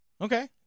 Okay